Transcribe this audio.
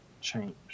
change